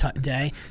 day